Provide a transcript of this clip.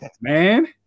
man